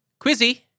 Quizzy